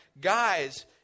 guys